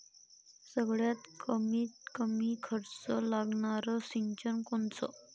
सगळ्यात कमीत कमी खर्च लागनारं सिंचन कोनचं?